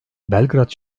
belgrad